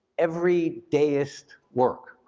every deist work,